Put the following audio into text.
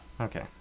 Okay